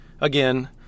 Again